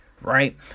right